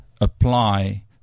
apply